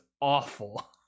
awful